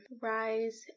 rise